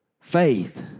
Faith